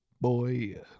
boy